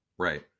right